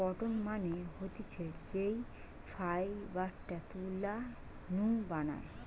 cotton মানে হতিছে যেই ফাইবারটা তুলা নু বানায়